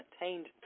attained